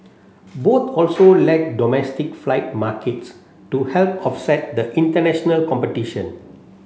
both also lack domestic flight markets to help offset the international competition